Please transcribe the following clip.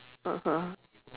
(uh huh)